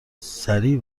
سریع